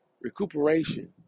recuperation